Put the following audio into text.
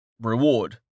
Reward